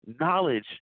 knowledge